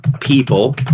people